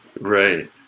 Right